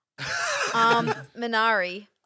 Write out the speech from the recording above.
Minari